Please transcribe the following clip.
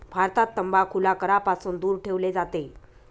भारतात तंबाखूला करापासून दूर ठेवले जाते